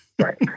Right